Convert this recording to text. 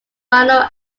final